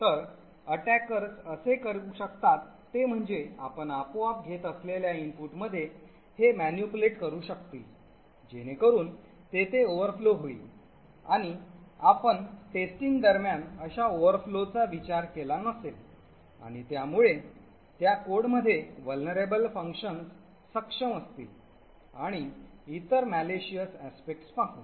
तर attackers असे कसे करू शकतात ते म्हणजे आपण आपोआप घेत असलेल्या इनपुटमध्ये हे manipulate करू शकतील जेणेकरून तेथे ओव्हरफ्लो होईल आणि आपण चाचणी दरम्यान अशा ओव्हरफ्लोचा विचार केला नसेल आणि यामुळे त्या कोडमध्ये vulnerable functions सक्षम असतील आणि इतर malicious aspects पाहु